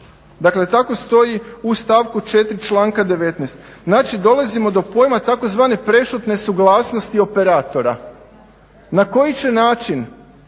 Dakle, tako stoji u stavku 4. članka 19. Znači dolazimo do pojma tzv. prešutne suglasnosti operatora. Na koji će način